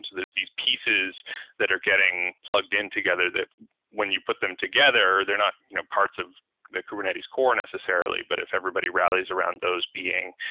so these pieces that are getting plugged in together that when you put them together, they're not you know parts of the kubernetes core necessarily, but if everybody rallies around those being,